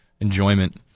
enjoyment